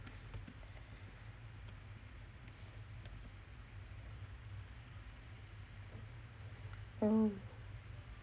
oh